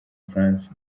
bufaransa